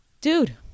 Dude